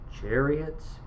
chariots